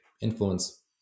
influence